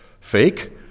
fake